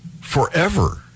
forever